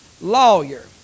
lawyer